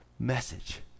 message